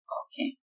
okay